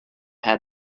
had